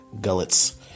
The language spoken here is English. gullets